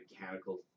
mechanical